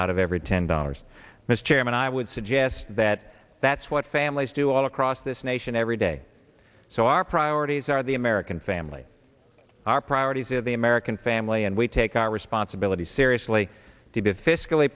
out of every ten dollars mr chairman i would suggest that that's what families do all across this nation every day so our priorities are the american family our priorities are the family and we take our responsibilities seriously to be fiscally